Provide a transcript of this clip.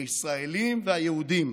הישראלים והיהודים.